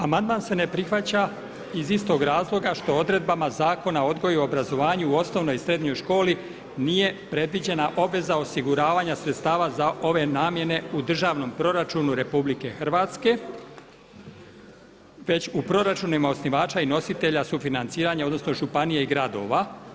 Amandman se ne prihvaća iz istog razloga što odredbama Zakona o odgoju i obrazovanju u osnovnoj i srednjoj školi nije predviđena obveza osiguravanja sredstava za ove namjene u državnom proračunu RH, već u proračunima osnivača i nositelja sufinanciranja odnosno županije i gradova.